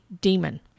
demon